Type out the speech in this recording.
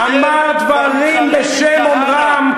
אמר דברים בשם אומרם.